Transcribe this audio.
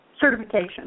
certification